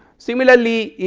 similarly,